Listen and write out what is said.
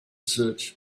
search